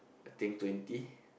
I think twenty